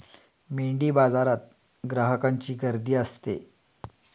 मेंढीबाजारात ग्राहकांची गर्दी असते